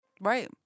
Right